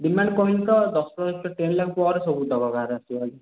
demand କହିନି ତ ଦଶ ଟେନ୍ ଲାକ୍ଷ ପରେ ସବୁତକ କାର୍ ଆସିବ ଖାଲି